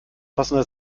passende